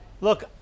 Look